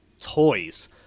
Toys